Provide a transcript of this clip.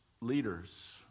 leaders